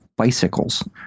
Bicycles